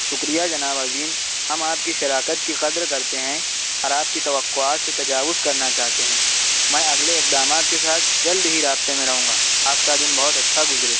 شکریہ جناب عظیم ہم آپ کی شراکت کی قدر کرتے ہیں اور آپ کی توقعات سے تجاوز کرنا چاہتے ہیں میں اگلے اقدامات کے ساتھ جلد ہی رابطے میں رہوں گا آپ کا دن بہت اچھا گزرے